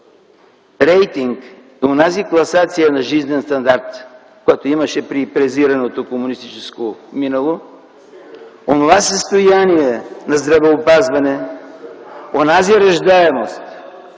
рейтинг, онази класация на жизнен стандарт, която имаше при презираното комунистическо минало, онова състояние на здравеопазване, онази раждаемост,